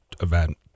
event